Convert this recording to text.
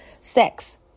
sex